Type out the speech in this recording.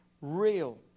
real